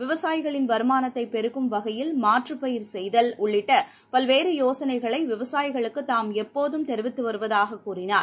விவசாயிகளின் வருமானத்தைபெருக்கும் வகையில் மாற்றுபயிர் செய்தல் உள்ளிட்டபல்வேறுயோசனைகளைவிவசாயிகளுக்குதாம் எப்போதும் தெரிவித்துவருவதாககூறினார்